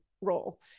role